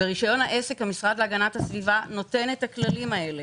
ברישיון העסק המשרד להגנת הסביבה נותן את הכללים האלה.